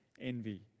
envy